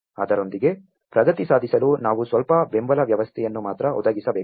ಅದರೊಂದಿಗೆ ಪ್ರಗತಿ ಸಾಧಿಸಲು ನಾವು ಸ್ವಲ್ಪ ಬೆಂಬಲ ವ್ಯವಸ್ಥೆಯನ್ನು ಮಾತ್ರ ಒದಗಿಸಬೇಕಾಗಿದೆ